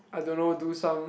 I don't know do some